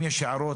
אז אם יש הערות,